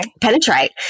penetrate